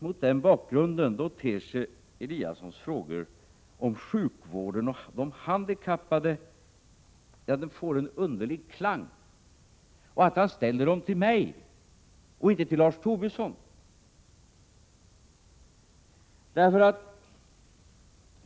Mot den här bakgrunden får Ingemar Eliassons frågor om sjukvården och de handikappade en underlig klang. Och det är märkligt att han ställer dem till mig och inte till Lars Tobisson.